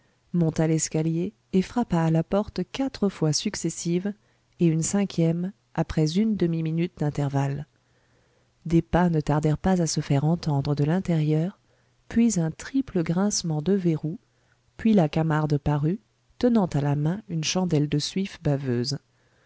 monta l'escalier et frappa à la porte quatre fois successives et une cinquième après une demi-minute d'intervalle des pas ne tardèrent pas à se faire entendre de l'intérieur puis un triple grincement de verrous puis la camarde parut tenant à la main une chandelle de suif baveuse